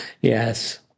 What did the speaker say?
yes